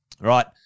right